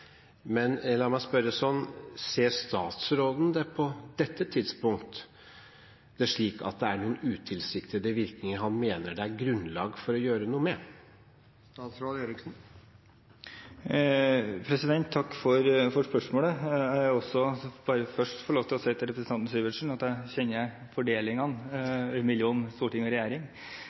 La meg spørre sånn: Ser statsråden på dette tidspunkt det slik at det er noen utilsiktede virkninger han mener det er grunnlag for å gjøre noe med? Takk for spørsmålet. Jeg vil først få lov til å si til representanten Syversen at jeg kjenner fordelingen mellom storting og regjering.